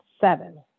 seven